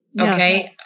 Okay